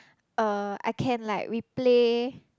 uh I can like replay